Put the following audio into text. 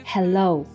Hello